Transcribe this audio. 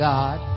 God